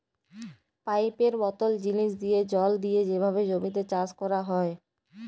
পাইপের মতল জিলিস দিঁয়ে জল দিঁয়ে যেভাবে জমিতে চাষ ক্যরা হ্যয়